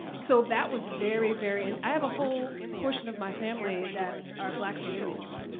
so that was very, very and i have a whole portion of my family that are blackfeet indians.